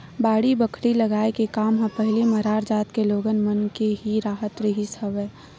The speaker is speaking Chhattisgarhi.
बाड़ी बखरी लगाए के काम ह पहिली मरार जात के लोगन मन के ही राहत रिहिस हवय